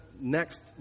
next